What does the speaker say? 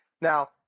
Now